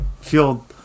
feel